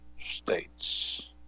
states